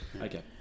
Okay